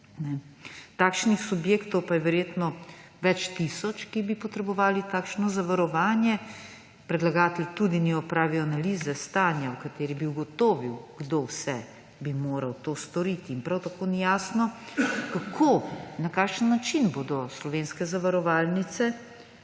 Takšnih subjektov pa je verjetno več tisoč, ki bi potrebovali takšno zavarovanje. Predlagatelj tudi ni opravil analize stanja, v kateri bi ugotovil, kdo vse bi moral to storiti. Prav tako ni jasno, kako, na kakšen način bodo slovenske zavarovalnice